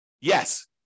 Yes